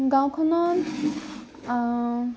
গাওঁখনত